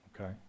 Okay